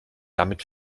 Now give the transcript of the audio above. damit